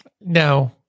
No